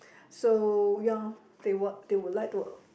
so ya they would they would like to uh